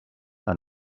are